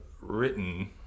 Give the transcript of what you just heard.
written